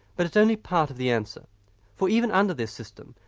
but it is only part of the answer for, even under this system,